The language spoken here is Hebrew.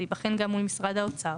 זה ייבחן גם מול משרד האוצר.